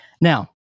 Now